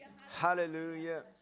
Hallelujah